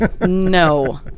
No